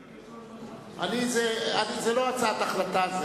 זאת לא הצעת החלטה.